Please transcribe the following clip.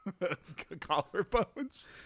collarbones